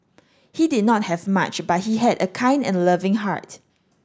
he did not have much but he had a kind and loving heart